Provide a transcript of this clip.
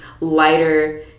lighter